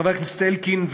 חבר הכנסת אלקין,